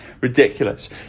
Ridiculous